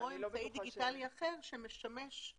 או אמצעי דיגיטלי אחר שמשמש.